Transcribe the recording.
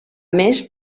més